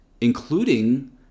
including